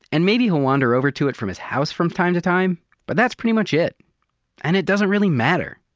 and maybe he'll wander over to it from his house from time to time but that's pretty much it and it doesn't really matter.